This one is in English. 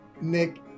Nick